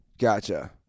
Gotcha